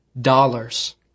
dollars